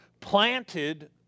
planted